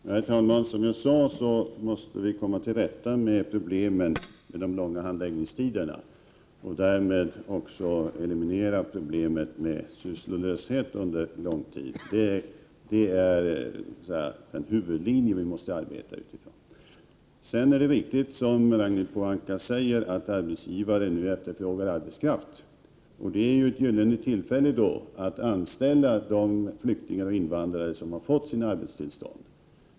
Herr talman! Som jag sade måste vi komma till rätta med problemen med de långa handläggningstiderna och därmed också eliminera problemet med sysslolöshet under lång tid. Det är den huvudlinje vi måste arbeta efter. Vidare är det riktigt som Ragnhild Pohanka säger att arbetsgivare nu efterfrågar arbetskraft. Då är det ju ett gyllene tillfälle att anställa de flyktingar och invandrare som har fått sina arbetstillstånd.